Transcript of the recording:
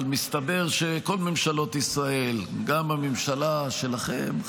אבל מסתבר שבכל ממשלות ישראל גם בממשלה שלכם,